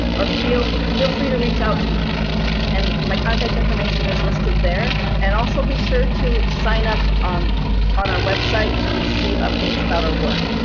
feel feel free to reach out to me and my contact information is listed there. and also be sure to sign up um on our website to receive updates about our work.